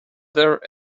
there